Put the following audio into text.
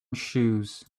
shoes